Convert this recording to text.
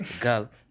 girl